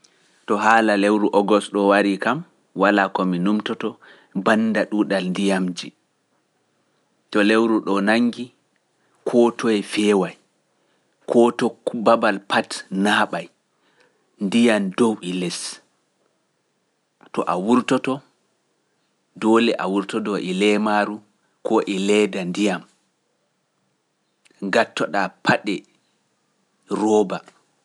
To haala lewru ogos ɗoo warii kam, walaa ko mi nuumtoto bannda ɗuuɗal ndiyamji. To lewru ɗoo nanngi, koo toye feeway, koo to babal pat naaɓay, ndiyam dow e les. To a wurtoto, doole a wurtodo e leemaaru koo e leeda ndiyam, gattoɗaa paɗe rooba.